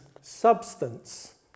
substance